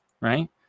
right